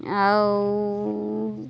ଆଉ